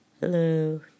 Hello